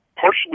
partially